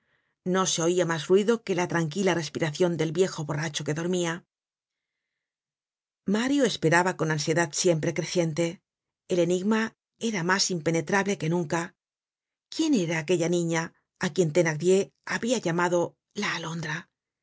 no se oia mas ruido que la tranquila respiracion del viejo borracho que dormia mario esperaba con ansiedad siempre creciente el enigma era mas impenetrable que nunca quién era aquella niña á quien thenardier habia llamado la alondra